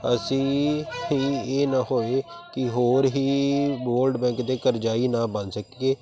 ਅਸੀਂ ਹੀ ਇਹ ਨਾ ਹੋਏ ਕਿ ਹੋਰ ਹੀ ਵੋਰਡ ਬੈਂਕ ਦੇ ਕਰਜ਼ਾਈ ਨਾ ਬਣ ਸਕੀਏ